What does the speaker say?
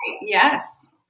Yes